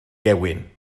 gewyn